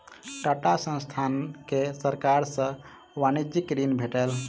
टाटा संस्थान के सरकार सॅ वाणिज्यिक ऋण भेटल